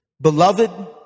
Beloved